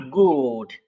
good